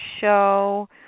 show